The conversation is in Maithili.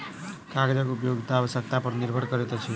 कागजक उपयोगिता आवश्यकता पर निर्भर करैत अछि